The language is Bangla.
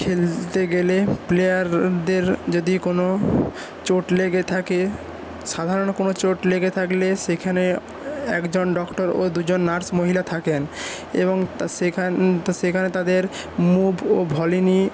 খেলতে গেলে প্লেয়ারদের যদি কোনো চোট লেগে থাকে সাধারণ কোনো চোট লেগে থাকলে সেখানে একজন ডক্টর ও দুইজন নার্স মহিলা থাকেন এবং সেখানে তাদের মুভ ও ভলিনি